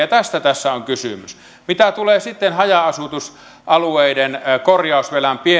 tästä tässä on kysymys mitä tulee sitten haja asutusalueiden korjausvelan